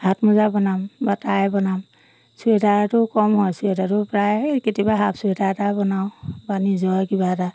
হাত মোজা বনাম বা টাই বনাম চুৱেটাৰটো কম হয় চুৱেটাৰটো প্ৰায় কেতিয়াবা হাফ চুৱেটাৰ এটা বনাওঁ বা নিজৰে কিবা এটা